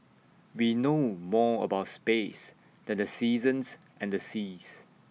we know more about space than the seasons and the seas